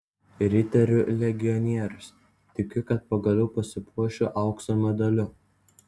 riterių legionierius tikiu kad pagaliau pasipuošiu aukso medaliu